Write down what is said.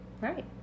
Right